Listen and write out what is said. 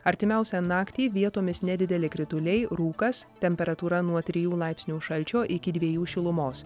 artimiausią naktį vietomis nedideli krituliai rūkas temperatūra nuo trijų laipsnių šalčio iki dviejų šilumos